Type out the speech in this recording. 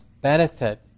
benefit